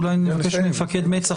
אולי נבקש ממפקד מצ"ח,